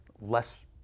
less